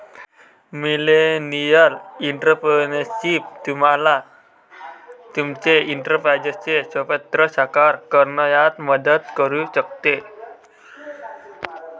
millennial entrepreneurship तुम्हाला तुमचे एंटरप्राइझचे स्वप्न साकार करण्यात मदत करू शकते